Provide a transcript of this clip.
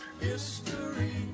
history